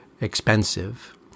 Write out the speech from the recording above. expensive